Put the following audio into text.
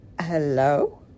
hello